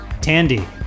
Tandy